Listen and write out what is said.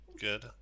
good